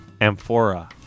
Amphora